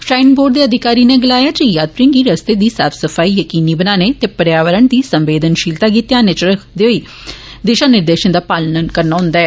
shrine board दे अधिकारी नै गलाया जे यात्रिएं गी रस्ते दी साफ सफाई यकीनी बनाने ते पर्यावरण दी संवेदनषीलता गी ध्यानै इच रक्खने आस्तै निर्देष दा पालन करना हंदा ऐ